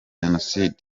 jenoside